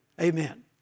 Amen